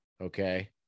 okay